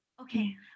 Okay